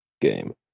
game